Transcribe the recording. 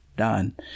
done